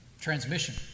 transmission